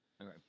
Okay